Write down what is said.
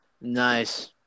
nice